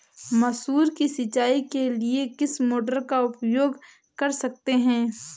मसूर की सिंचाई के लिए किस मोटर का उपयोग कर सकते हैं?